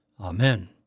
Amen